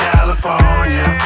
California